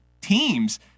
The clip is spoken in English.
teams